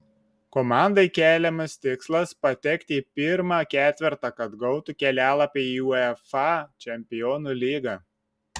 komandai keliamas tikslas patekti į pirmą ketvertą kad gautų kelialapį į uefa čempionų lygą